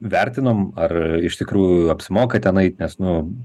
vertinom ar iš tikrųjų apsimoka ten eit nes nu